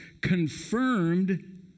confirmed